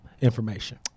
information